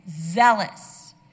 zealous